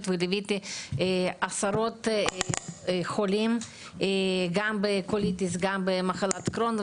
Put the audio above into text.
וליוויתי עשרות חולים גם בקוליטיס וגם בקרוהן.